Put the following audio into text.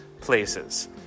places